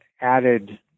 added